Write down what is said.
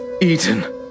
eaten